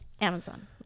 Amazon